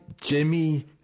jimmy